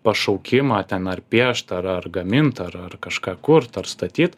pašaukimą ten ar piešt ar ar gaminti ar ar kažką kurt ar statyt